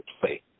play